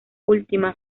última